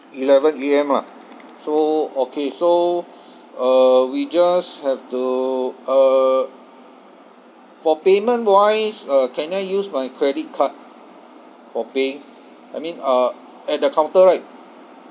eleven A_M lah so okay so uh we just have to uh for payment wise uh can I use my credit card for paying I mean uh at the counter right